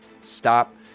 Stop